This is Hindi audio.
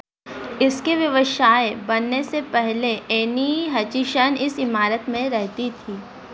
इसके व्यवसाय बनने से पहले ऐनी हचिंसन इस इमारत में रहती थी